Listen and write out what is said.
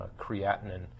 creatinine